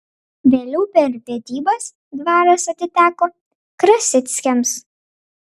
vėliau per vedybas dvaras atiteko krasickiams